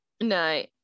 No